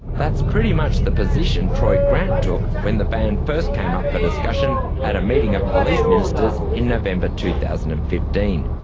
that's pretty much the position troy grant took when the ban first came up for discussion at a meeting of police ministers in november two thousand and fifteen.